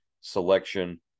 selection